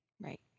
right